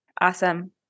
Awesome